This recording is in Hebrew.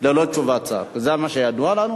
ללא תשובת שר, זה מה שידוע לנו.